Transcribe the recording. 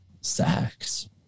sex